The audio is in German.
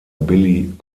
billy